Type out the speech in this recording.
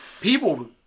people